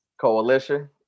Coalition